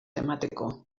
emateko